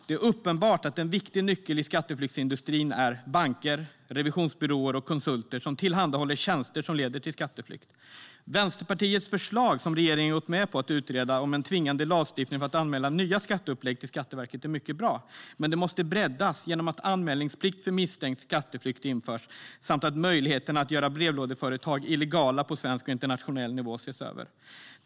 Det är uppenbart att en viktig nyckel i skatteflyktsindustrin är banker, revisionsbyråer och konsulter som tillhandahåller tjänster som leder till skatteflykt. Vänsterpartiets förslag om en tvingande lagstiftning för att anmäla nya skatteupplägg till Skatteverket, som regeringen har gått med på att utreda, är mycket bra. Det måste dock breddas genom att anmälningsplikt för misstänkt skatteflykt införs och genom att möjligheten att göra brevlådeföretag illegala på svensk och internationell nivå ses över.